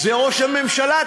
זה ראש הממשלה.